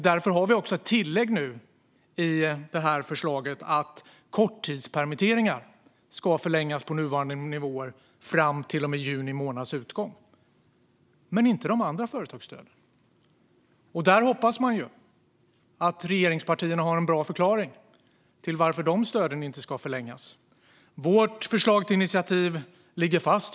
Därför har vi nu ett tillägg till förslaget som innebär att korttidspermitteringar ska förlängas på nuvarande nivåer fram till och med juni månads utgång. Det gäller dock inte de andra företagsstöden. Man hoppas att regeringspartierna har en bra förklaring till varför dessa stöd inte ska förlängas. Vårt förslag till initiativ ligger fast.